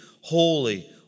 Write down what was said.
holy